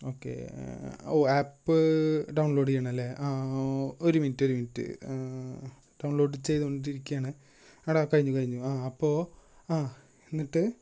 okay app download ചെയ്യണം അല്ലെ ഒരു മിന്റ്റ് ഒരു മിന്റ്റ് ഡൗൺലോഡ് ചെയ്തോണ്ടിരിക്കാണ് ആടാ കഴിഞ്ഞു കഴിഞ്ഞു ആ അപ്പോൾ ആ എന്നിട്ട്